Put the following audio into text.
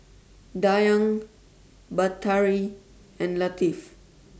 Dayang Batari and Latif